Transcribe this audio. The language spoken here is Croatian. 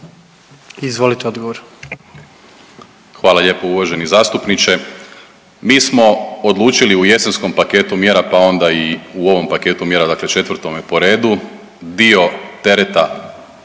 Marko** Hvala lijepo uvaženi zastupniče. Mi smo odlučili u jesenskom paketu mjera pa onda i u ovom paketu mjera, dakle 4 po redu dio tereta